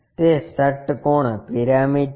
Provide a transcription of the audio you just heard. તે ષટ્કોણ પિરામિડ છે